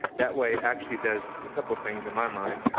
that way it actually does a couple of things in my mind.